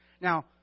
Now